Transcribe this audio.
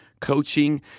Coaching